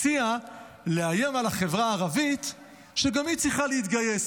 הציע לאיים על החברה הערבית שגם היא צריכה להתגייס.